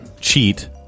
cheat